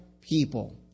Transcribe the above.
people